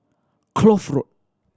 Kloof Road